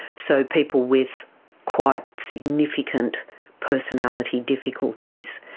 so people with quite significant personality difficulties.